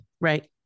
Right